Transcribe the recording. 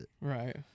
Right